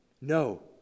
No